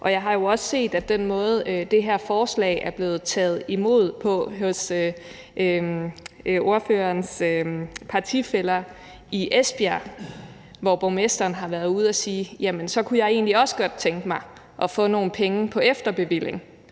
Og jeg har jo også set den måde, det her forslag er blevet taget imod på af ordførerens partifæller i Esbjerg, hvor borgmesteren har været ude at sige: Jamen så kunne jeg egentlig også godt tænke mig at få nogle penge på efterbevilling.